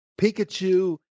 Pikachu